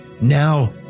Now